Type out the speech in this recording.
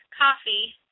coffee